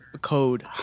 code